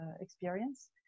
experience